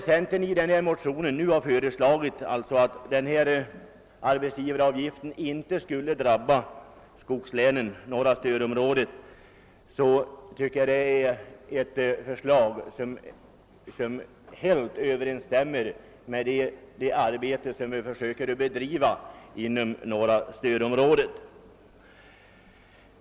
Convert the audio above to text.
Centerpartiets motionsförslag att höjningen av arbetsgivaravgiften inte skulle drabba skogslänen, norra stödområdet, överensstämmer helt med det arbete vi försöker bedriva inom norra stödområdet.